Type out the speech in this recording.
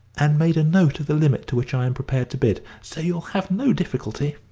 and made a note of the limit to which i am prepared to bid, so you'll have no difficulty.